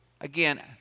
Again